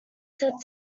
set